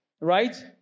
Right